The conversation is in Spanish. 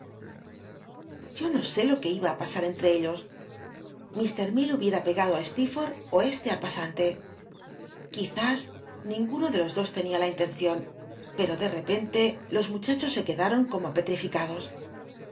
yo no sé lo que iba á pasat en tre ellos lir mil hubiera pegado á steerforth ó este al pasante quiz ís ninguno de los dos tenia la inlencion pcto de repente los muchachos se ucdaron como petrificados